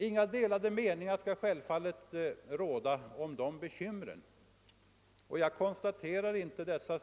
Inga delade meningar kan råda om de bekymren. Dem måste vi lösa genom kollektiv trafikservice i glesbygderna.